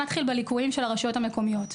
נתחיל בליקויים של הרשויות המקומיות: